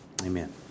Amen